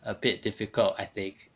a bit difficult I think